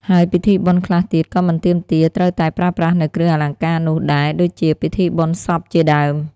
ហើ់យពិធីបុណ្យខ្លះទៀតក៏មិនទាមទារត្រូវតែប្រើប្រាស់នូវគ្រឿងអលង្ការនោះដែរដូចជា ពិធីបុណ្យសព្វជាដើម។